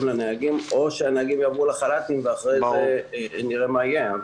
לנהגים או שהנהגים יעברו לחל"ת ואחרי כן נראה מה יהיה.